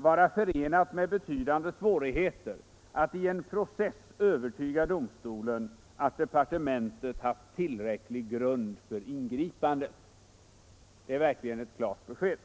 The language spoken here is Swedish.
vara förenat med betydande svårigheter att i en process övertyga domstolen att departementet haft tillräcklig grund för ingripandet.” Det är verkligen ett klart besked!